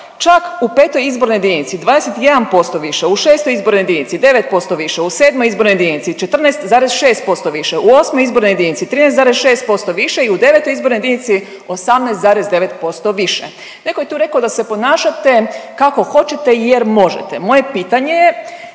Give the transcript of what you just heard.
čak u V. izbornoj jedinici 21% više, u VI. izbornoj jedinici, u VII. izbornoj jedinici 14,6% više, u VIII. izbornoj jedinici 13,6% više i u IX. izbornoj jedinici 18,9% više. Neko je tu rekao da se ponašate kako hoćete jer možete. Moje pitanje je